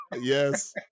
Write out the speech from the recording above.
yes